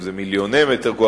אם זה מיליוני מטר קוב,